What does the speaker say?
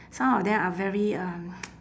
some of them are very um